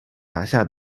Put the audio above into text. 辖下